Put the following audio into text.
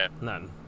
None